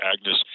Agnes